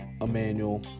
Emmanuel